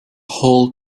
whole